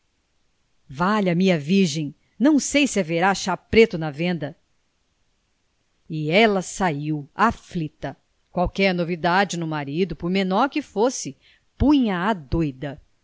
valha-me a virgem não sei se haverá chá preto na venda e ela saiu aflita qualquer novidade no marido por menor que fosse punha a doida